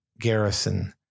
garrison